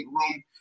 room